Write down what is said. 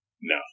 No